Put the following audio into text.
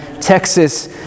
Texas